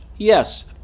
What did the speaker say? Yes